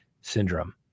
syndrome